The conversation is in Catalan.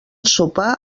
sopar